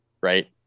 right